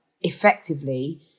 effectively